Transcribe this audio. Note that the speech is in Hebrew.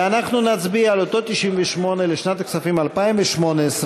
ואנחנו נצביע על אותו 98 לשנת הכספים 2018,